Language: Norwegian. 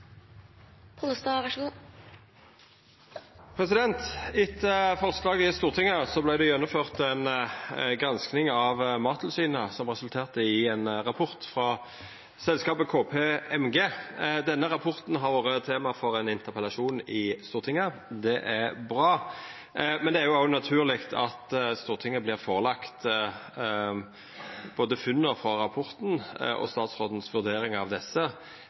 Etter forslag i Stortinget vart det gjennomført ei gransking av Mattilsynet som resulterte i ein rapport frå KPMG. Denne rapporten har vore tema for ein interpellasjon i Stortinget – det er bra – men det er òg naturlig at Stortinget både får lagt fram for seg funna i rapporten og får høyra statsråden si vurdering av